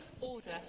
order